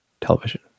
television